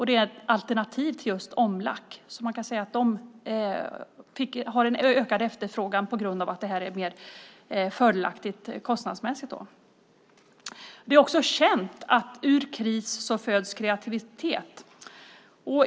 Det är ett alternativ till omlackering. Man kan säga att de har en ökad efterfrågan på grund av att detta kostnadsmässigt är mer fördelaktigt. Det är också känt att ur kris föds kreativitet.